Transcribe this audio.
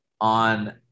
on